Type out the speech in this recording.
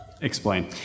Explain